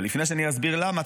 אבל לפני שאסביר למה,